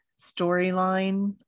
storyline